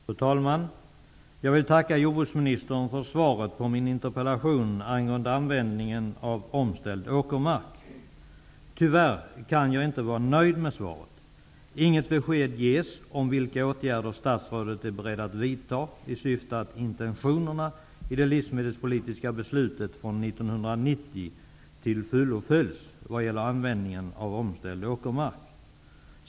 Fru talman! Jag vill tacka jordbruksministern för svaret på min interpellation angående användningen av omställd åkermark. Tyvärr kan jag inte vara nöjd med svaret. Det ges inget besked om vilka åtgärder som statsrådet är beredd att vidta i syfte att till fullo följa intentionerna i det livsmedelspolitiska beslutet från 1990 vad gäller användningen av omställd åkermark.